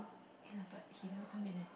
can lah but he never come in leh